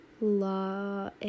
La